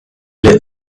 lit